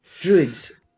Druids